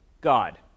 God